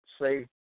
say